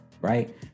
Right